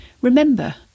remember